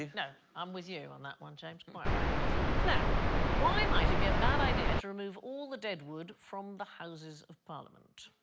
you know i'm with you on that one james quite right um now why might it be a bad idea to remove all the dead wood from the houses of parliament?